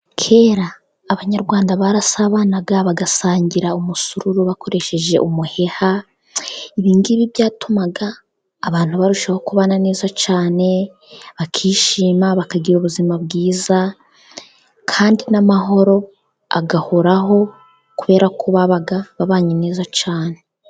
Kera, Abanyarwanda barasabanaga bagasangira umusururu bakoresheje umuheha, ibingibi byatumaga abantu barushaho kubana neza cyane, bakishima, bakagira ubuzima bwiza, kandi n'amahoro agahoraho kubera ko babaga babanye neza cyane.